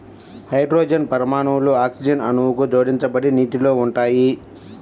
hydrogen పరమాణువులు oxygen అణువుకు జోడించబడి నీటిలో ఉంటాయి